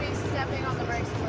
stepping on the brakes